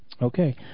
Okay